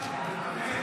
אדוני היושב-ראש.